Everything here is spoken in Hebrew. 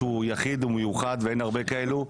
שהוא יחיד ומיוחד ואין הרבה כאלה.